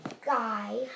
guy